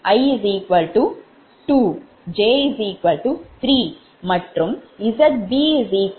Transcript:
ஆக 𝑛3 i2 3 மற்றும் Zb Z23 0